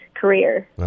career